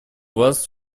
вас